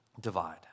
divide